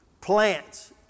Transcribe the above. plants